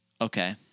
Okay